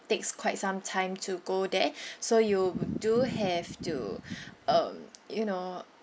takes quite some time to go there so you do have to um you know